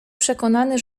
przekonany